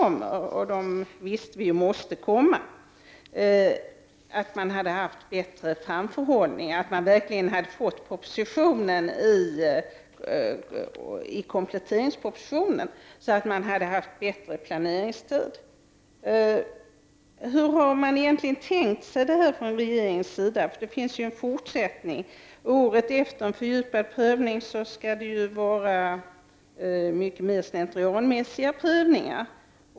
Man hade väntat sig att det hade funnits en bättre framförhållning och att förslag hade funnits med i kompletteringspropositionen när det gäller dessa förändringar, vilka ju måste ske. Då hade man haft en bättre planeringstid. Hur har regeringen egentligen tänkt sig detta? Det finns ju en fortsättning. Året efter en fördjupad prövning skall det ju ske mycket mer slentrianmässiga prövningar.